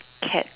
cat